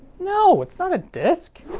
no, it's not a disc!